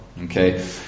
okay